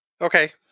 Okay